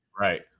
Right